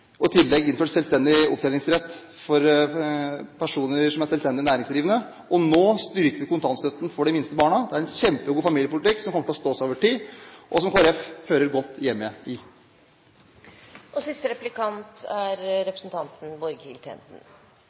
og i tillegg innført selvstendig opptjeningsrett for personer som er selvstendig næringsdrivende, og nå styrker vi kontantstøtten for de minste barna. Det er en kjempegod familiepolitikk som kommer til å stå seg over tid, og som Kristelig Folkeparti hører godt hjemme i. Representanten skal også få mulighet til å snakke om næringspolitikk. Næringspolitikk, gründerpolitikk og verdiskaping er